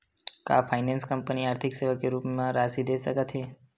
का finance company आर्थिक सेवा के रूप म राशि दे सकत हे?